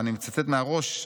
ואני מצטט מהראש,